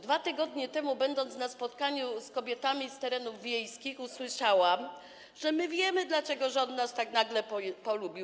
Dwa tygodnie temu, będąc na spotkaniu z kobietami z terenów wiejskich, usłyszałam: my wiemy, dlaczego rząd nas tak nagle polubił.